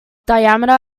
diameter